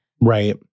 Right